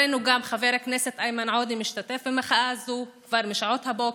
גם חברנו חבר הכנסת איימן עודה משתתף במחאה הזאת כבר משעות הבוקר.